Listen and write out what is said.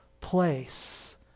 place